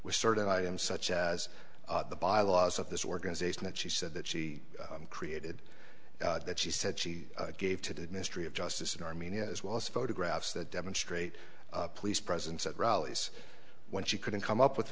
with certain items such as the bylaws of this organization that she said that she created that she said she gave to did ministry of justice in armenia as well as photographs that demonstrate police presence at rallies when she couldn't come up with